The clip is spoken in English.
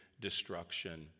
destruction